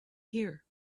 here